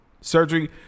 Surgery